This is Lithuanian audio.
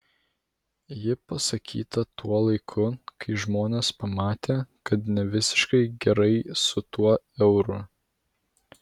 ji pasakyta tuo laiku kai žmonės pamatė kad ne visiškai gerai su tuo euru